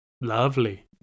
Lovely